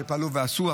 שפעלו ועשו,